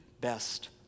best